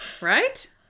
Right